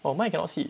orh mine cannot see